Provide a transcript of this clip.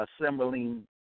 assembling